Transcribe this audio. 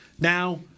Now